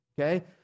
Okay